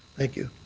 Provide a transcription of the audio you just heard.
thank you.